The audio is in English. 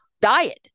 diet